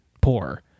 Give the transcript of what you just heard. poor